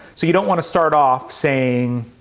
so you don't want to start off saying,